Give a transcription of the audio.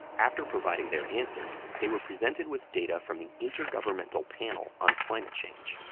after providing their answers, they were presented with data from the intergovernmental panel on climate change,